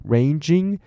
Ranging